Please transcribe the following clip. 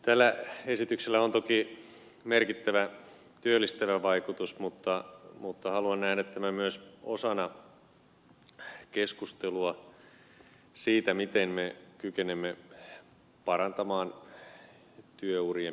tällä esityksellä on toki merkittävä työllistävä vaikutus mutta haluan nähdä tämän myös osana keskustelua siitä miten me kykenemme parantamaan työurien pituutta